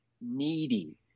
needy